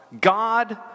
God